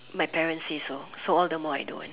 my parents say so so all the more I don't want